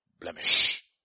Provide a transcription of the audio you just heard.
blemish